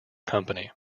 company